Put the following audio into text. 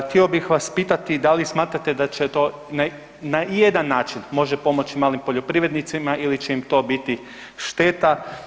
Htio bih vas pitati, da li smatrate da to na ijedan način može pomoći malim poljoprivrednicima ili će im to biti šteta?